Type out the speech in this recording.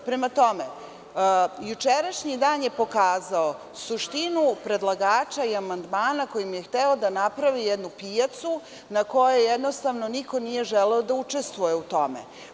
Prema tome, jučerašnji dan je pokazao suštinu predlagača i amandmana kojim je hteo da napravi jednu pijacu na kojoj jednostavno niko nije želeo da učestvuje u tome.